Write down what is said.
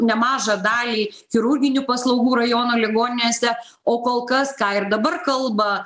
nemažą dalį chirurginių paslaugų rajono ligoninėse o kol kas ką ir dabar kalba